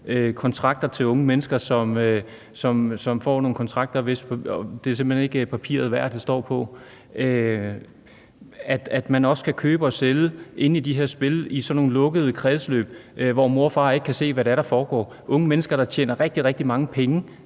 kontrakter til unge mennesker, som simpelt hen ikke er det papir værd, de står på; at man også kan købe og sælge inde i de her spil i sådan nogle lukkede kredsløb, hvor mor og far ikke kan se, hvad det er, der foregår; unge mennesker, der tjener rigtig, rigtig mange penge